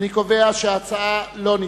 אני קובע שההצעה לא נתקבלה.